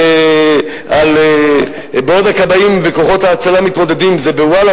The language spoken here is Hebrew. וגם "בעוד הכבאים וכוחות ההצלה מתמודדים" זה ב"וואלה"